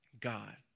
God